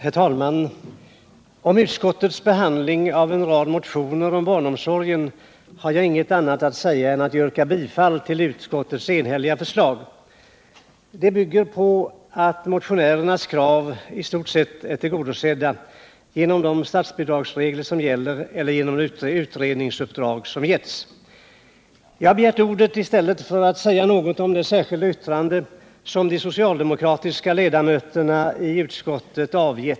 Herr talman! Om utskottets behandling av en rad motioner om barnomsorgen har jag inget annat att säga än att jag yrkar bifall till utskottets enhälliga förslag. Det bygger på att motionärernas krav i stort sett är tillgodosedda genom de statsbidragsregler som gäller eller genom utredningsuppdrag. Jag har begärt ordet för att säga något om det särskilda yttrande som de socialdemokratiska ledamöterna i utskottet har avgett.